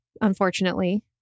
unfortunately